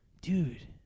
dude